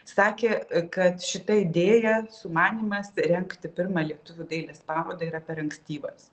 sakė kad šita idėja sumanymas rengti pirmą lietuvių dailės parodą yra per ankstyvas